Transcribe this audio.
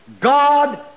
God